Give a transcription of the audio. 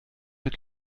mit